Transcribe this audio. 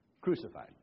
crucified